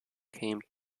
came